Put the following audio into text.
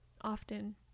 often